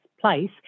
place